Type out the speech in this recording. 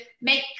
make